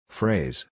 Phrase